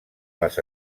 les